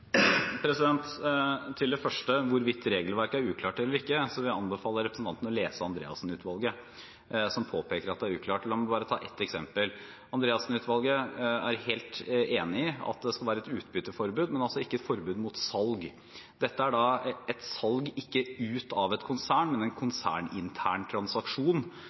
Til det første, hvorvidt regelverket er uklart eller ikke: Jeg vil anbefale representanten å lese Andreassen-utvalgets rapport, som påpeker at det er uklart. La meg bare ta ett eksempel. Andreassen-utvalget er helt enig i at det skal være et utbytteforbud, men altså ikke et forbud mot salg. Dette er da et salg ikke ut av et konsern, men en konsernintern transaksjon,